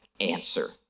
answer